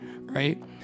right